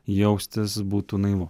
jaustis būtų naivu